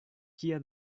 kia